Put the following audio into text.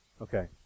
Okay